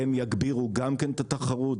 הם יגבירו גם כן את התחרות,